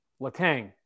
Latang